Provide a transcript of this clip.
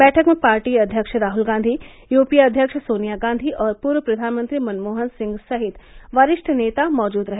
बैठक में पार्टी अव्यक्ष राहुल गांधी यूपीए अव्यक्ष सोनिया गांधी और पूर्व प्रधानमंत्री मनमोहन सिंह सहित वरिष्ठ नेता मौजूद रहे